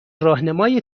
راهنمای